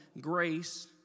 grace